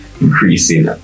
increasing